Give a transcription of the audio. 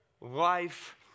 life